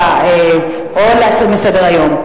או להסיר מסדר-היום.